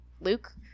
Luke